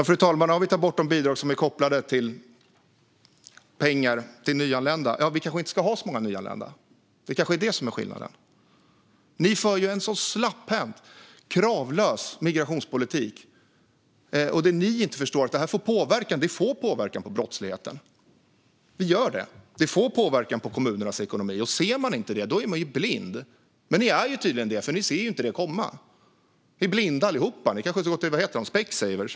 Fru talman! Vi tar bort de bidrag som är kopplade till nyanlända, och vi kanske inte ska ha så många nyanlända. Det kanske är det som är skillnaden. Ni för ju en så slapphänt och kravlös migrationspolitik. Vad ni inte förstår är att det får påverkan på brottsligheten och på kommunernas ekonomi. Om man inte ser det är man blind. Men det är ni ju tydligen, för ni ser ju inte det komma. Ni är blinda allihop. Ni kanske borde gå till Specsavers.